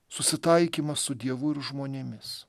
susitaikymas su dievu ir žmonėmis